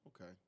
Okay